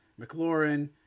McLaurin